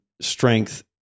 strength